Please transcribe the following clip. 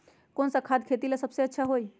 कौन सा खाद खेती ला सबसे अच्छा होई?